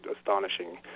astonishing